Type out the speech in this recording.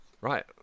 Right